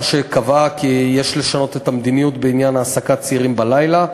שקבעה כי יש לשנות את המדיניות בעניין העסקת צעירים בלילה.